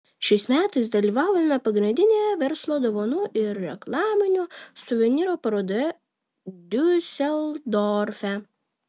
šiais metais dalyvavome pagrindinėje verslo dovanų ir reklaminių suvenyrų parodoje diuseldorfe